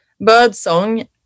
birdsong